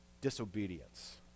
Disobedience